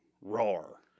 roar